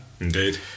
Indeed